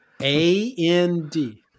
A-N-D